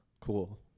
Cool